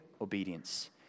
obedience